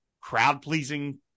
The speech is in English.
crowd-pleasing